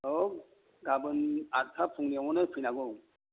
औ गाबोन आतथा फुंनियावनो फैनांगौ